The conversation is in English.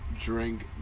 drink